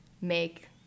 make